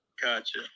Gotcha